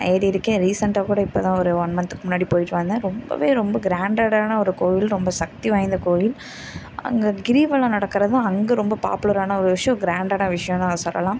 ஏறியிருக்கேன் ரீசண்ட்டாக கூட இப்போ தான் ஒரு ஒன் மந்த்துக்கு முன்னாடி போயிட்டு வந்தேன் ரொம்பவே ரொம்ப க்ராண்டடான ஒரு கோவில் ரொம்ப சக்தி வாய்ந்த கோவில் அங்கே கிரிவலம் நடக்கிறது தான் அங்க ரொம்ப பாப்புலரான ஒரு விஷயம் க்ராண்டடாக விஷயன்னு அதை சொல்லலாம்